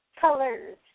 Colors